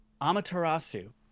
Amaterasu